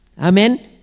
Amen